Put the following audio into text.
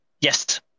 Yes